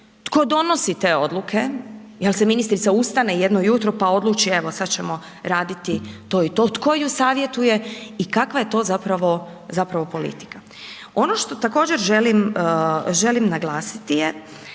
tko donosi te odluke, jel se ministrica ustane jedno ujutro pa odluči evo, sad ćemo raditi to i to, tko ju savjetuje i kakva je to zapravo politika. Ono što također želim naglasiti je